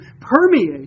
permeate